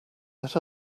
let